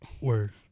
Word